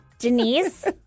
Denise